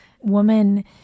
woman